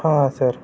हां सर